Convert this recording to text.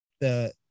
the-